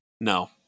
no